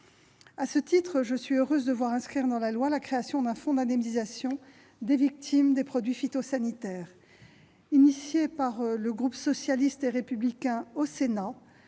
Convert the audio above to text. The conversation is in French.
À ce titre, je suis heureuse de voir inscrire dans la loi la création d'un fonds d'indemnisation des victimes des produits phytosanitaires. Proposée par le groupe socialiste et républicain du Sénat,